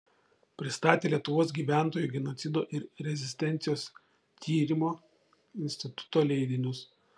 pristatė lietuvos gyventojų genocido ir rezistencijos tyrimo instituto leidinius